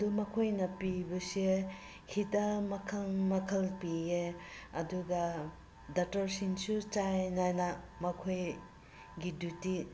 ꯑꯗꯨ ꯃꯈꯣꯏꯅ ꯄꯤꯕꯁꯦ ꯍꯤꯗꯥꯛ ꯃꯈꯜ ꯃꯈꯜ ꯄꯤꯑꯦ ꯑꯗꯨꯒ ꯗꯛꯇꯔꯁꯤꯡꯁꯨ ꯆꯥꯡ ꯅꯥꯏꯅ ꯃꯈꯣꯏꯒꯤ ꯗꯤꯌꯨꯇꯤ